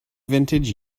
vintage